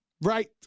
Right